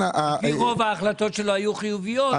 על פי רוב ההחלטות שלו היו חיוביות.